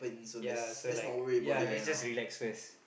yeah so like yeah let's just relax first